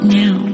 now